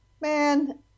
man